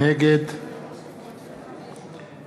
נגד יוסי יונה,